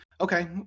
Okay